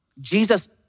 Jesus